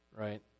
right